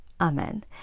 amen